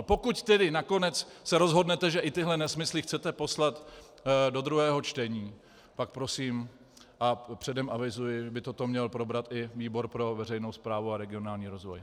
Pokud tedy nakonec se rozhodnete, že i tyhle nesmysly chcete poslat do druhého čtení, pak prosím, a předem avizuji, by toto měl probrat i výbor pro veřejnou správu a regionální rozvoj.